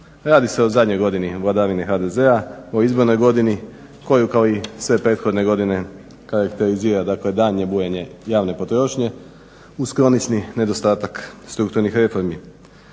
Radi se o zadnjoj godini vladavine HDZ-a, o izbornoj godini koju kao i sve prethodne godine karakterizira dakle daljnje bujanje javne potrošnje uz kronični nedostatak strukturnih reformi.